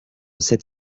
sept